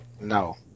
No